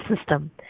system